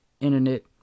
internet